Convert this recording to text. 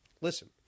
listen